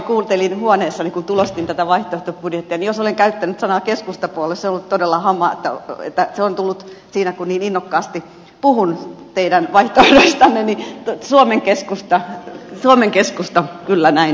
kuuntelin huoneessani kun tulostin tätä vaihtoehtobudjettia ja jos olen käyttänyt sanaa keskustapuolue se on todella homma että se on tullut siinä kun niin innokkaasti puhun teidän vaihtoehdoistanne suomen keskusta kyllä näin